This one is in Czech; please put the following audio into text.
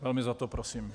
Velmi za to prosím.